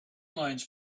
lines